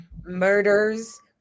Murders